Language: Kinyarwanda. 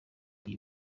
iri